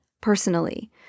personally